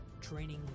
training